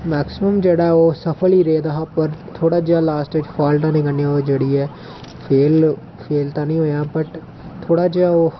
maximum जेह्ड़ा ओह् सफल ई रेहदा हा पर थोह्ड़ा जेहा लास्ट च ओह् फॉल्ट जेह्दे कन्नै ओह् फेल पेल निं होएआ वट थोह्ड़ा जेहा ओह्